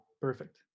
perfect